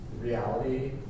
reality